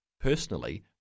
personally